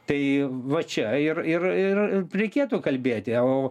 tai va čia ir ir ir reikėtų kalbėti o